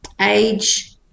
age